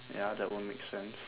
ya that would make sense